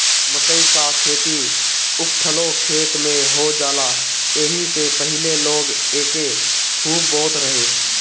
मकई कअ खेती उखठलो खेत में हो जाला एही से पहिले लोग एके खूब बोअत रहे